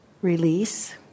Release